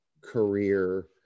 career